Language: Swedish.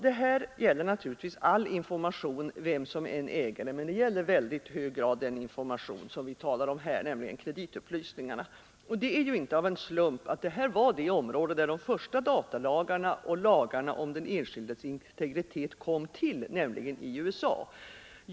Det här gäller givetvis all information, vem som än äger den, men i särskilt hög grad den information som vi talar om här, nämligen kreditupplysningarna. Det är inte av en slump som det här var det område där de första datalagarna och lagarna om den enskildes integritet kom till, nämligen i USA.